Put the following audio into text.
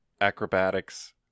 Acrobatics